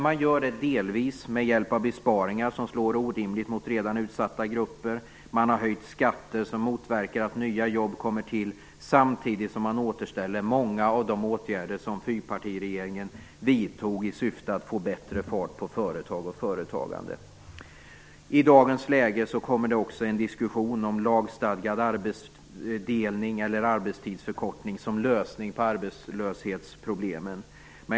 Man gör det delvis med hjälp av besparingar som slår orimligt mot redan utsatta grupper. Man har höjt skatter, något som motverkar att nya jobb kommer till. Samtidigt återställer man många av de åtgärder som fyrpartiregeringen vidtog i syfte att få bättre fart på företagen och företagandet. I dagens läge förekommer också en diskussion om lagstadgad arbetsdelning eller arbetstidsförkortning som en lösning på arbetslöshetsproblemen.